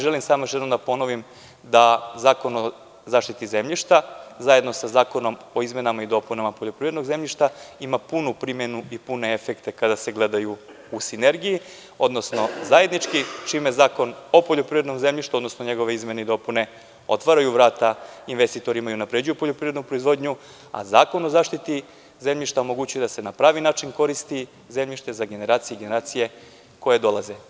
Želim samo još jednom da ponovim da Zakon o zaštiti zemljišta zajedno sa Zakonom o izmenama i dopunama poljoprivrednog zemljišta ima punu primenu i pune efekte kada se gledaju i sinergiji, odnosno zajednički, čime Zakon o poljoprivrednom zemljištu, odnosno njegove izmene i dopune otvaraju vrata investitorima i unapređuju poljoprivrednu proizvodnju, a Zakon o zaštiti zemljišta omogućuje da se na pravi način koristi zemljište za generacije i generacije koje dolaze.